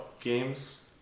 games